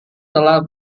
telah